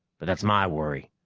but that's my worry.